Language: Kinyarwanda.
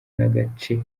n’agace